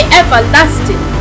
everlasting